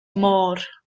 môr